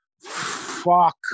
fuck